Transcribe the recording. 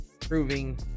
proving